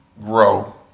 grow